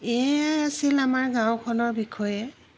এয়ে আছিল আমাৰ গাঁওখনৰ বিষয়ে